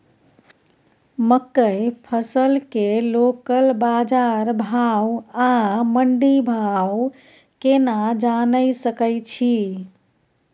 मकई फसल के लोकल बाजार भाव आ मंडी भाव केना जानय सकै छी?